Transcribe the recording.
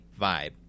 vibe